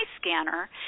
scanner